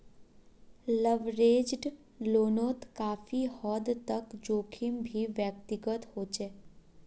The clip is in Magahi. लवरेज्ड लोनोत काफी हद तक जोखिम भी व्यक्तिगत होचे